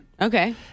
Okay